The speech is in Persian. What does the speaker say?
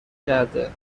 کرده